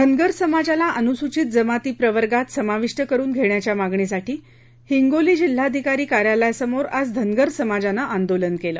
धनगर समाजाला अनुसूचित जमाती प्रवर्गात समाविष्ट करून घेण्याच्या मागणीसाठी हिंगोली जिल्हाधिकारी कार्यालयासमोर आज धनगर समाजानं आंदोलन केलं